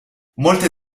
molte